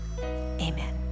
amen